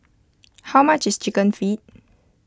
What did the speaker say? how much is Chicken Feet